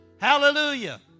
Hallelujah